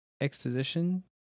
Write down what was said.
exposition